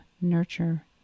nurture